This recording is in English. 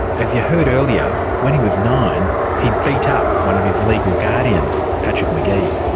as you heard earlier, when he was nine he beat up one of his legal guardians, patrick mcgee.